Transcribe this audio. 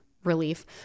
Relief